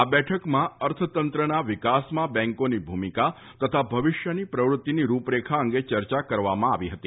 આ બેઠકમાં અર્થતંત્રના વિકાસમાં બેન્કોની ભૂમિકા તથા ભવિષ્યની પ્રવૃત્તીની રૂપરેખા અંગે ચર્ચા કરવામાં આવી હતી